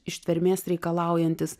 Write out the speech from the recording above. ištvermės reikalaujantis